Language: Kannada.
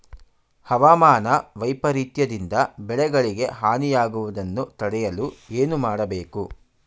ಹವಾಮಾನ ವೈಪರಿತ್ಯ ದಿಂದ ಬೆಳೆಗಳಿಗೆ ಹಾನಿ ಯಾಗುವುದನ್ನು ತಡೆಯಲು ಏನು ಮಾಡಬೇಕು?